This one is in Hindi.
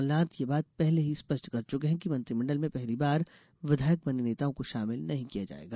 कमलनाथ यह बात पहले ही स्पष्ट कर चुके हैं कि मंत्रिमंडल में पहली बार विधायक बने नेताओं को शामिल नहीं किया जायेगा